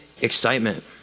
excitement